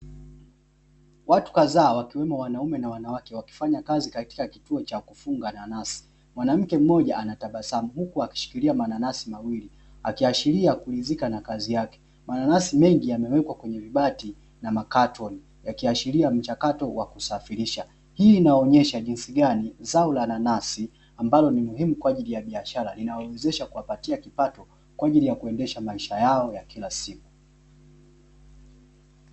Watu kadhaa wakiwemo wanaume na wanawake wakifanya kazi katika kituo cha kufunga nanasi, mwanamke mmoja anatabasamamu huku akishikilia mananasi mawili akiashiria kuridhika na kazi yake. Mananasi mengi yamewekwa kwenye vibati na makatoni yakiashiria mchakato wa kusafirisha. Hii inaonyesha jinsi gani zao la nanasi ambalo ni muhimu kwa ajili ya biashara inayowezesha kuwapatia kipato kwa ajili ya kuendesha maisha yao ya kila siku.